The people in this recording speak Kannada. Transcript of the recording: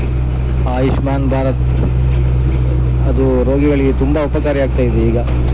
ಆಯುಷ್ಮಾನ್ ಭಾರತ್ ಅದು ರೋಗಿಗಳಿಗೆ ತುಂಬ ಉಪಕಾರಿ ಆಗ್ತಾಯಿದೆ ಈಗ